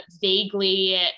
vaguely